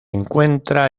encuentra